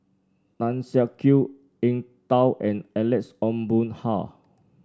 Tan Siak Kew Eng Tow and Alex Ong Boon Hau